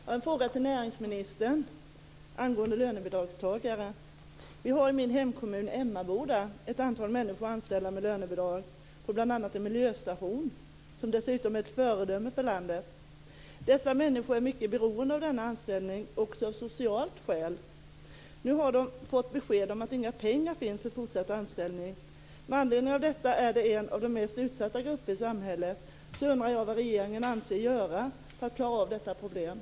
Fru talman! Jag har en fråga till näringsministern angående lönebidragstagare. Vi har i min hemkommun, Emmaboda, ett antal människor anställda med lönebidrag, bl.a. på en miljöstation. Den är dessutom ett föredöme för landet. Dessa människor är mycket beroende av denna anställning också av sociala skäl. Nu har de fått besked om att det inte finns några pengar för fortsatt anställning.